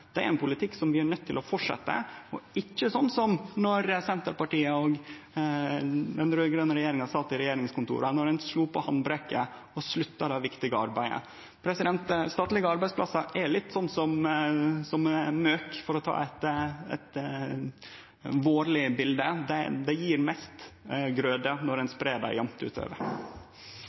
Det er ein politikk som vi er nøydde til å fortsetje – ikkje slik som då Senterpartiet og dei rød-grøne sat i regjeringskontora, då dei slo på handbrekket og slutta dette viktige arbeidet. Statlege arbeidsplassar er litt som møkk, for å ta eit vårleg bilete. Det gjev mest grøde når ein spreier det jamt